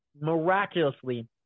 miraculously –